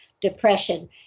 depression